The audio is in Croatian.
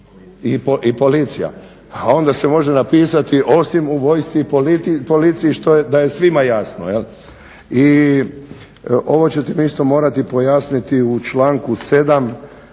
i policija. A onda se može napisati osim u vojsci i policiji da je svima jasno. I ovo ćete mi isto morati pojasniti u članku 7.